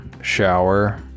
shower